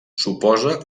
suposa